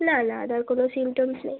না না আদার কোনো সিমটমস নেই